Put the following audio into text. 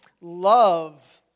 love